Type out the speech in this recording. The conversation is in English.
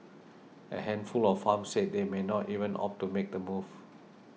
a handful of farms said they may not even opt to make the move